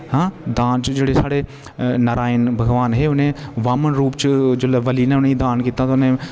दान च जेह्ड़े साढ़े नारायण भगवान हे उनें बामन रूप च जोह्ले बली न उनें दान कीत्ता